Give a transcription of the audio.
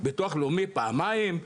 ביטוח לאומי פעמיים?